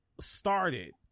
started